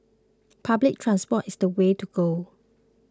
public transport is the way to go